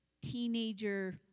teenager